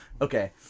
Okay